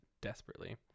desperately